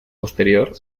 posterior